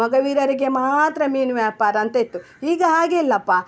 ಮೊಗವೀರರಿಗೆ ಮಾತ್ರ ಮೀನು ವ್ಯಾಪಾರ ಅಂತ ಇತ್ತು ಈಗ ಹಾಗೆ ಇಲ್ಲಪ್ಪ